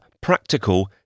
practical